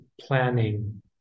planning